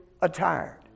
attired